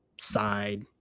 side